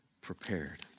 prepared